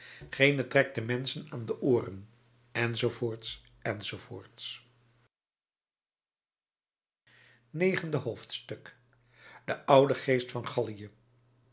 gene trekt de menschen aan de ooren enz enz negende hoofdstuk de oude geest van